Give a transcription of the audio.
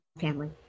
family